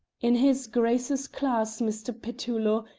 in his grace's class, mr. petullo,